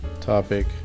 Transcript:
topic